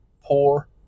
poor